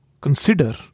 consider